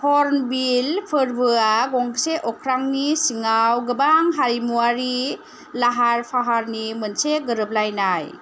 hornbill फोरबोआ गंसे अख्रांनि सिङाव गोबां हारिमुआरि लाहार फाहारनि मोनसे गोरोबलायनाय